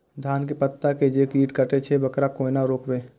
धान के पत्ता के जे कीट कटे छे वकरा केना रोकबे?